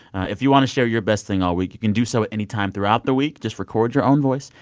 if you want to share your best thing all week, you can do so any time throughout the week. just record your own voice.